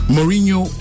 Mourinho